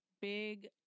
big